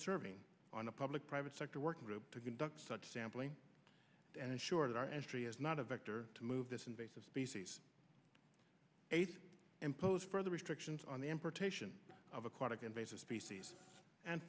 serving on a public private sector working group to conduct such sampling and ensure that our entry is not a vector to move this invasive species eight impose further restrictions on the importation of aquatic invasive species and